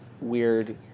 weird